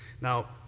Now